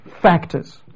factors